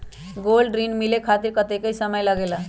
Gold ऋण मिले खातीर कतेइक समय लगेला?